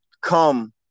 come